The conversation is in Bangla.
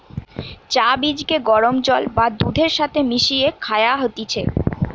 চা বীজকে গরম জল বা দুধের সাথে মিশিয়ে খায়া হতিছে